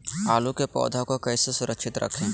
आलू के पौधा को कैसे सुरक्षित रखें?